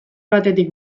batetik